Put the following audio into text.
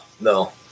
no